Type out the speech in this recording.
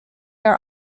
are